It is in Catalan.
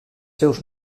seus